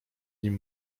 nim